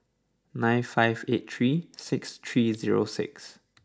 nine five eight three six three zero six